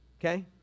okay